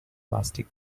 plastic